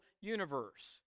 universe